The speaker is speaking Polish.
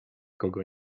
kogo